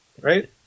right